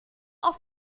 auf